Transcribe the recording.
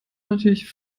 natürlich